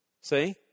see